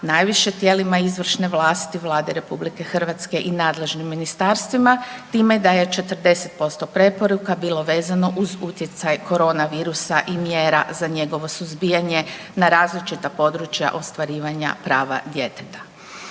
najviše tijelima izvršne vlasti Vlade RH i nadležnim ministarstvima, time da je 40% preporuka bilo vezano uz utjecaj korona virusa i mjera za njegovo suzbijanje na različita područja ostvarivanja prava djeteta.